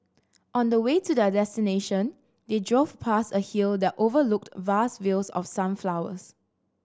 on the way to their destination they drove past a hill that overlooked vast fields of sunflowers